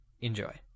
Enjoy